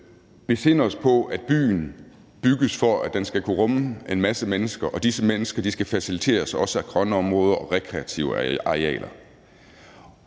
besinde os på, at byen bygges, for at den skal kunne rumme en masse mennesker, og disse mennesker skal også faciliteres af grønne områder og rekreative arealer.